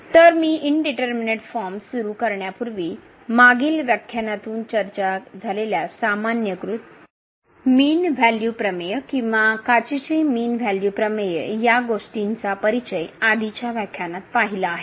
तर मी indeterminate forms सुरु करण्यापूर्वी मागील व्याख्यानातून चर्चा झालेल्या सामान्यीकृत मीन व्ह्यालू प्रमेय किंवा काचीचे मीन व्ह्यालू प्रमेय या गोष्टींचा परिचय आधीच्या व्याख्यानात पहिला आहे